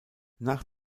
nach